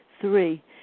Three